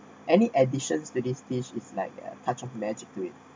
any additions to this dish is like a touch of magic to it